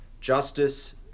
justice